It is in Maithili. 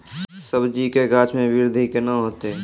सब्जी के गाछ मे बृद्धि कैना होतै?